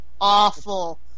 Awful